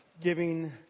giving